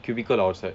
cubicle or outside